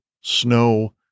snow